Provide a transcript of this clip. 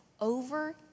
over